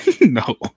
No